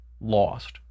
lost